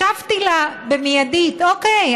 השבתי לה במיידית: אוקיי,